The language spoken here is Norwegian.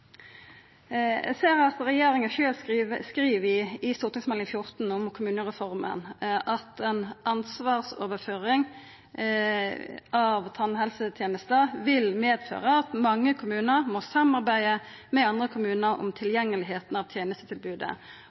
14 om kommunereforma at ei ansvarsoverføring av tannhelsetenesta vil medføra at mange kommunar må samarbeida med andre kommunar om tilgjengelegheita av tenestetilbodet.